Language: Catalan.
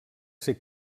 ser